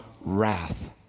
wrath